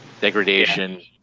Degradation